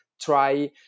try